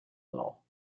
law